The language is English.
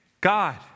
God